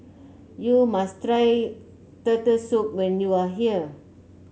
you must try Turtle Soup when you are here